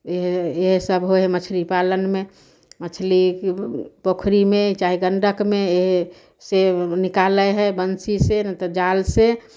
इएह सब होइ है मछली पालनमे मछली पोखरिमे चाहे गण्डकमे से निकालै हइ बंसी से नहि तऽ जाल से